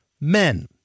men